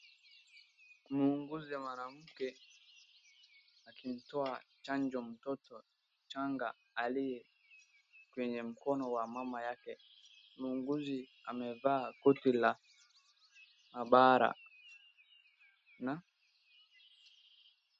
Muuguzi mwanamke akimtoa chanjo mtoto mchanga aliye kwenye mkono wa mama yake. Muuguzi amevaa koti la mahabara na...